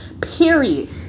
period